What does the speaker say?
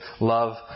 love